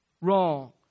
Wrong